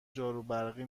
جاروبرقی